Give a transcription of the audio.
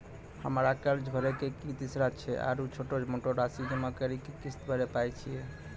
हमरा कर्ज भरे के की तरीका छै आरू छोटो छोटो रासि जमा करि के किस्त भरे पारे छियै?